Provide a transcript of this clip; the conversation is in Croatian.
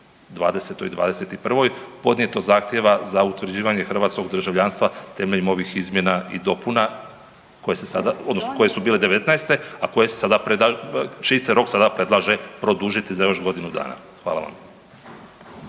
'20. i '21. podnijeto zahtjeva za utvrđivanje hrvatskog državljanstva temeljem ovih izmjena i dopuna koje su bile '19., a čiji se rok sada predlaže produžiti za još godinu dana. Hvala vam.